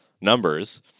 numbers